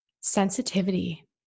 sensitivity